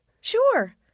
Sure